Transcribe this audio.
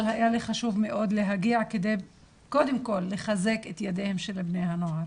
אבל היה לי חשוב מאוד להגיע כדי קודם כל לחזק את ידיהם של בני הנוער